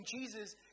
Jesus